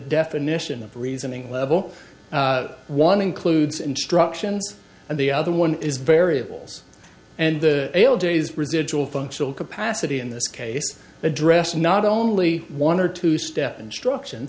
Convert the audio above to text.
definition of reasoning level one includes instructions and the other one is variables and the ale days residual functional capacity in this case addressed not only one or two step instruction